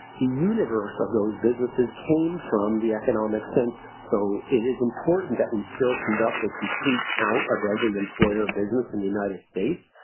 the universe of those businesses came from the economic census. so it is important that we still conduct a complete count of every employer business in the united states,